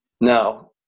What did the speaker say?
Now